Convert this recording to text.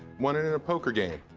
won it in a poker game.